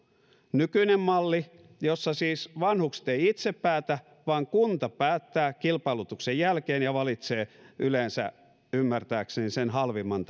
nykyinen malli jossa siis vanhukset eivät itse päätä vaan kunta päättää kilpailutuksen jälkeen ja valitsee yleensä ymmärtääkseni sen halvimman